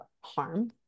harm